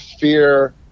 fear